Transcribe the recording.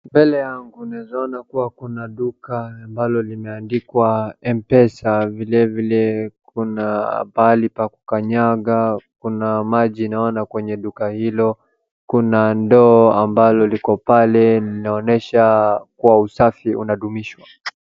Mbele yangu naeza ona kuwa kuna duka ambalo limeandikwa mpesa. Vilevile kuna mahali pa kukanyanga, kuna maji naona kwenye duka hilo. Kuna ndoo ambalo liko pale linaonyesha kuwa usafi unadumishwa.